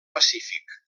pacífic